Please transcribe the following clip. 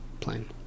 plane